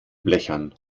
blechern